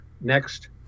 next